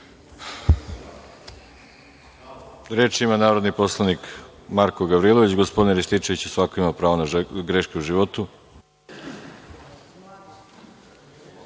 Reč ima narodni poslanik Marko Gavrilović. Gospodine Rističeviću, svako ima pravo na greške u životu.